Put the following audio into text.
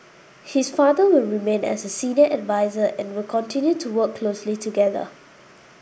his father will remain as a senior adviser and will continue to work closely together